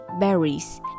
berries